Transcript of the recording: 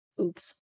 Oops